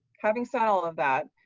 having said all of that,